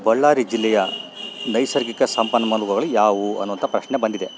ಬಳ್ಳಾರಿ ಜಿಲ್ಲೆಯ ನೈಸರ್ಗಿಕ ಸಂಪನ್ಮೂಲಗಳು ಯಾವುವು ಅನ್ನುವಂಥ ಪ್ರಶ್ನೆ ಬಂದಿದೆ